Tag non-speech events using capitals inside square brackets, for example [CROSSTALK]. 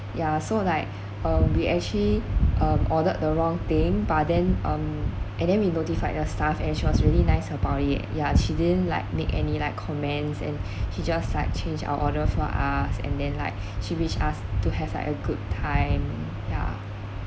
ya so like um we actually um ordered the wrong thing but then um and then we notified the staff and she was really nice about it ya she didn't like make any like comments and [BREATH] she just like change our order for us and then like [BREATH] she wish us to have like a good time yeah